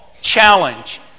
challenge